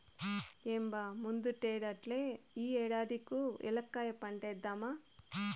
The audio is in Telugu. ఏం బా ముందటేడల్లే ఈ ఏడాది కూ ఏలక్కాయ పంటేద్దామా